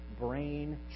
brain